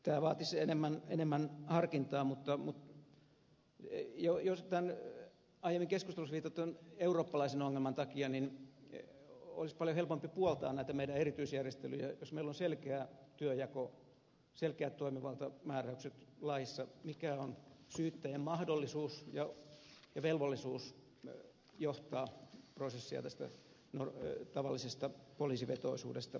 tämä vaatisi enemmän harkintaa mutta jo tämän aiemmin keskustelussa viitatun eurooppalaisen ongelman takia olisi paljon helpompi puoltaa näitä meidän erityisjärjestelyjä jos meillä on selkeä työnjako selkeät toimivaltamääräykset laissa mikä on syyttäjän mahdollisuus ja velvollisuus johtaa prosessia tästä tavallisesta poliisivetoisuudesta poiketen